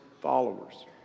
followers